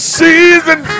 season